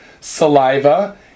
saliva